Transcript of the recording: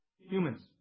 humans